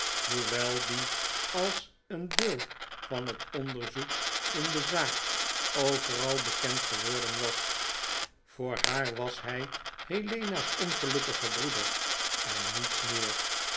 hoewel die als een deel van het onderzoek in de zaak overal bekend geworden was voor haar was hij helena's ongelukkige broeder en niets meer